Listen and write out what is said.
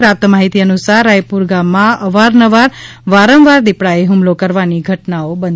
પ્રાપ્ત માહિતીનુસાર રાયપુર ગામમાં અવારનવાર વારંવાર દિપડાએ હ્મલા કરવાની ઘટનાઓ બનતી રહે છે